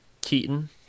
Keaton